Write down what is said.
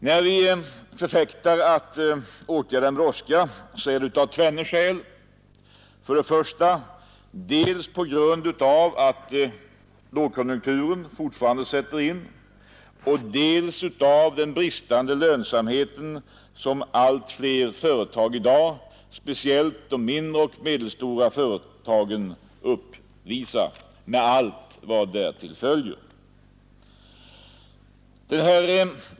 När vi förfäktar att åtgärden brådskar, är det av tvenne skäl: dels på grund av att lågkonjunkturen fortfarande sätter in, dels av hänsyn till den bristande lönsamheten som allt fler företag i dag, speciellt de mindre och medelstora företagen, uppvisar med allt vad därav följer.